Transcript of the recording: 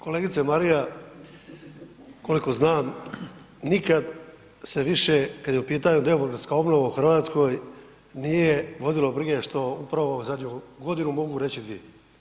Kolegice Marija koliko znam nikad se više kad je u pitanju demografska obnova u Hrvatskoj nije vodilo brige što upravo zadnju godinu, mogu reći i dvije.